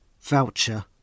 Voucher